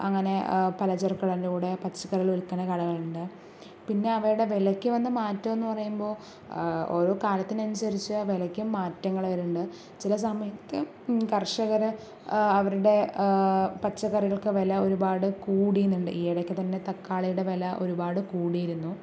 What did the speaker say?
അങ്ങനെ പലചരക്ക് കടെൻ്റെ കൂടെ പച്ചക്കറികൾ വിൽക്കുന്ന കടകളുണ്ട് പിന്നെ അവയുടെ വിലയ്ക്ക് വന്ന മാറ്റമെന്നു പറയുമ്പോൾ ഓരോ കാലത്തിനനുസരിച്ച് വിലയ്ക്കും മാറ്റങ്ങൾ വരുന്നുണ്ട് ചില സമയത്ത് കർഷകരെ അവരുടെ പച്ചക്കറികൾക്ക് വില ഒരുപാട് കൂടുന്നുണ്ട് ഈ ഇടക്ക് തന്നെ തക്കാളിയുടെ വില ഒരുപാട് കൂടിയിരുന്നു